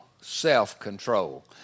self-control